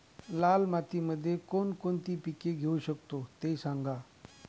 लाल मातीमध्ये कोणकोणती पिके घेऊ शकतो, ते सांगा